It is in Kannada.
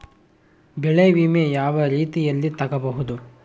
ಬೆಳೆ ವಿಮೆ ಯಾವ ರೇತಿಯಲ್ಲಿ ತಗಬಹುದು?